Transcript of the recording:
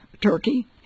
turkey